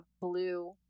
blue